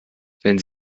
wenn